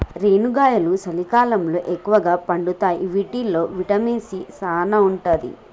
రేనుగాయలు సలికాలంలో ఎక్కుగా పండుతాయి వీటిల్లో విటమిన్ సీ సానా ఉంటది